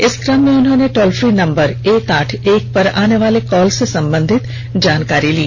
इस क्रम में उन्होंने टोल फी नं एक आठ एक पर आनेवाले कॉल से संबंधित जानकारी ली